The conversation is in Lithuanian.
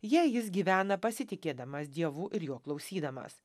jei jis gyvena pasitikėdamas dievu ir jo klausydamas